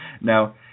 Now